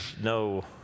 no